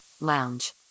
lounge